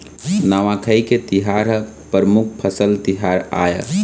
नवाखाई के तिहार ह परमुख फसल तिहार आय